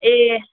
ए